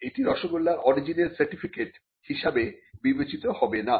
এটি রসগোল্লার অরিজিনের সার্টিফিকেট হিসাবে বিবেচিত হবে না